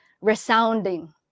resounding